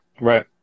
Right